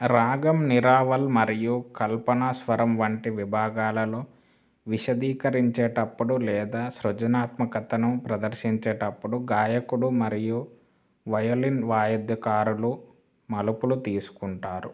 రాగం నిరావల్ మరియు కల్పనాస్వరం వంటి విభాగాలలో విశదీకరించేటప్పుడు లేదా సృజనాత్మకతను ప్రదర్శించేటప్పుడు గాయకుడు మరియు వయోలిన్ వాయిద్యకారులు మలుపులు తీసుకుంటారు